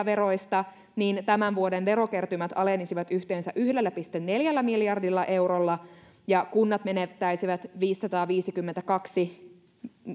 veroista niin tämän vuoden verokertymät alenisivat yhteensä yhdellä pilkku neljällä miljardilla eurolla ja kunnat menettäisivät viisisataaviisikymmentäkaksi